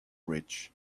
rich